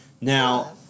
Now